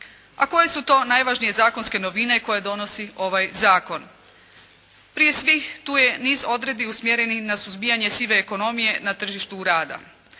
A koje su to najvažnije zakonske novine koje donosi ovaj zakon? Prije svih tu je niz odredbi usmjerenih na suzbijanje sive ekonomije na tržištu rada.